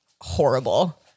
horrible